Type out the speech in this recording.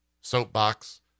soapbox